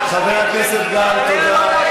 חבר הכנסת גל, תודה.